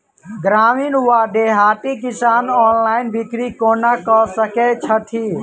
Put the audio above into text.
ग्रामीण वा देहाती किसान ऑनलाइन बिक्री कोना कऽ सकै छैथि?